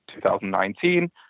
2019